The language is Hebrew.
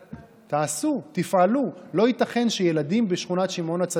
המסמך שיצא, לפי המידע שנמצא בידי,